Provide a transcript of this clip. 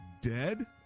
dead